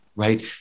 right